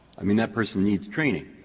i mean that person needs training.